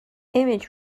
image